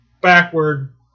backward